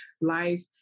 life